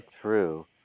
True